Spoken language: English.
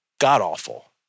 God-awful